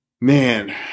man